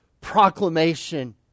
proclamation